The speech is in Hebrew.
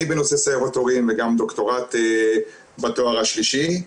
בנושא סיירות הורים וגם דוקטורט בתואר השלישי.